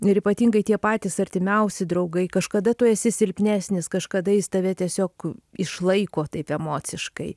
ir ypatingai tie patys artimiausi draugai kažkada tu esi silpnesnis kažkada jis tave tiesiog išlaiko taip emociškai